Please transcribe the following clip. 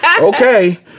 okay